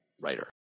writer